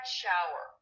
shower